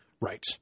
Right